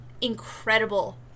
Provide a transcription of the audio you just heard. incredible